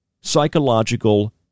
psychological